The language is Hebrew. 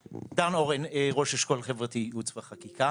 ראש אשכול חברתי, ייעוץ וחקיקה.